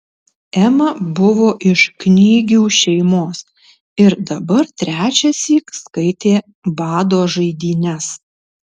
ema buvo iš knygių šeimos ir dabar trečiąsyk skaitė bado žaidynes